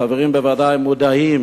החברים בוועדה מודעים